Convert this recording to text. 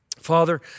Father